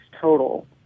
total